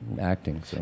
acting